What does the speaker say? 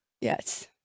Yes